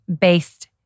based